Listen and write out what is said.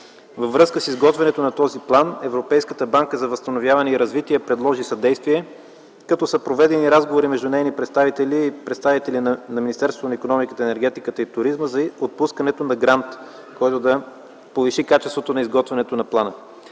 Във връзка с изготвянето на този план Европейската банка за възстановяване и развитие предложи съдействие, като са проведени разговори между нейни представители и представители на Министерството на икономиката, енергетиката и туризма за отпускането на грант, който да повиши качеството на изготвянето на плана.